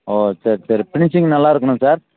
ஓ சரி சரி ஃபினிஷிங் நல்லாருக்கணும் சார்